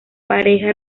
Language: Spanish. pareja